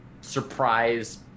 surprise